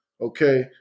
Okay